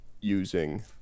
using